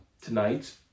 tonight